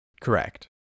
correct